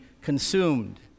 consumed